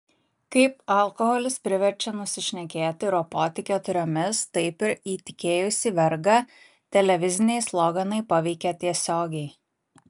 kaip alkoholis priverčia nusišnekėti ir ropoti keturiomis taip ir įtikėjusį vergą televiziniai sloganai paveikia tiesiogiai